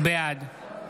בעד